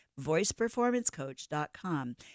voiceperformancecoach.com